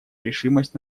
решимость